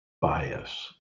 bias